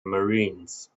marines